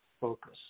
focus